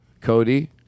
Cody